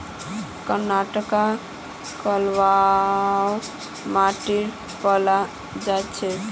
कर्नाटकत कलवा माटी पाल जा छेक